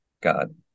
God